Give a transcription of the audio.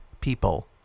People